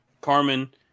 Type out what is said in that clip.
Carmen